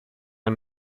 and